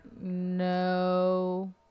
No